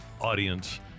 audience